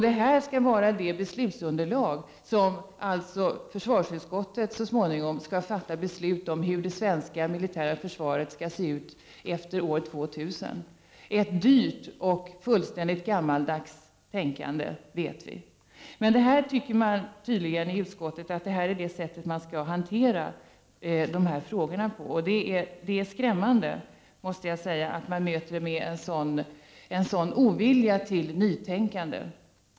Det här skall vara beslutsunderlaget när försvarsutskottet så småningom fattar beslut om hur det svenska militära försvaret skall se ut efter år 2000. Det blir ett dyrt försvar bakom vilket ligger ett gammaldags tänkande. Utskottet tycker tydligen att dessa frågor skall hanteras på det här sättet. Det är skrämmande med denna ovilja till nytänkande.